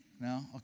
No